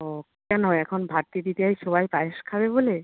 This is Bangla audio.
ও কেন এখন ভাতৃদ্বিতীয়ায় সবাই পায়েস খাবে বলে